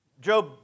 Job